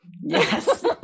Yes